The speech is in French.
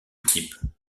équipes